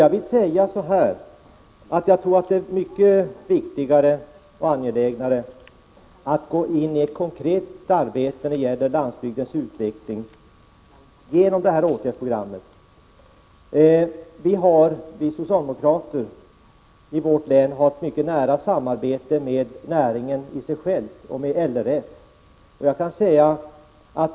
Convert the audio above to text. Jag tror att det är viktigt och angeläget att på grundval av åtgärdsprogrammet gå in i ett konkret arbete när det gäller landsbygdens utveckling. I vårt län har vi socialdemokrater ett mycket nära samarbete med näringen isig själv och med LRF.